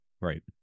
right